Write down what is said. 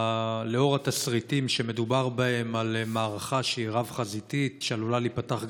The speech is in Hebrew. לנוכח התסריטים שמדובר בהם על מערכה רב-חזיתית שעלולה להיפתח,